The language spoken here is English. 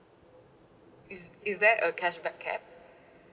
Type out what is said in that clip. is is there a cashback cap